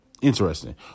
Interesting